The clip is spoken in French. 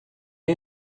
est